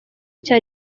cya